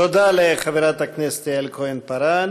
תודה לחברת הכנסת יעל כהן-פארן.